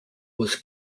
was